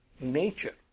nature